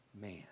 man